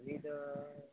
ابھی تو